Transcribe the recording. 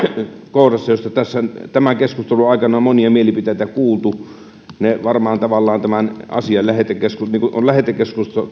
kohdassa josta keskustelun aikana on monia mielipiteitä kuultu varmaan tavallaan kun tämän asian lähetekeskustelu